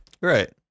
Right